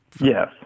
Yes